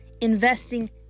investing